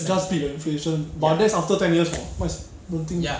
does beat the inflation but that's after ten year [what] what's I don't think